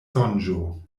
sonĝo